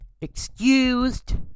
excused